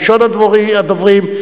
ראשון הדוברים,